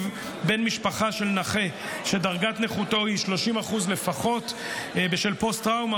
בן משפחה של נכה שדרגת נכותו היא 30% לפחות בשל פוסט-טראומה,